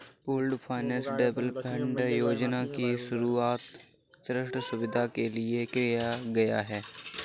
pooled finance development fund योजना की शुरूआत ऋण सुविधा के लिए किया गया है